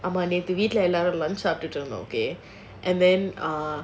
ஆமா நேத்து வீட்ல எல்லோரும்:aamaa nethu veetla ellorum lunch சாப்டுட்டுருந்தோம்:saaptuturunthom and then uh